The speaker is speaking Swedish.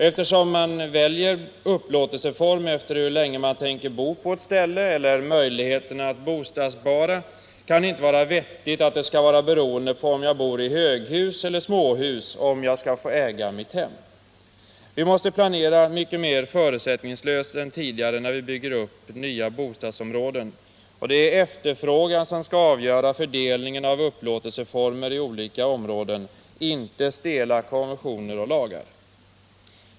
Eftersom man väljer upplåtelseform efter hur länge man tänker bo på ett ställe eller efter möjligheterna att bostadsspara kan det inte vara vettigt att det skall vara beroende på om jag bor i höghus eller småhus om jag skall få äga mitt hem. Vi måste planera mycket mera förutsättningslöst än tidigare när vi bygger upp nya bostadsområden. Det är efterfrågan som skall avgöra fördelningen av upplåtelseformer i olika bostadsområden, inte stela konventioner och lagar.